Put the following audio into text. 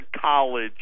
college